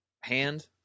hand